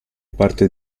parte